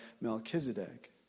Melchizedek